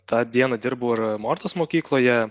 tą dieną dirbau ir mortos mokykloje